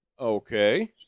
Okay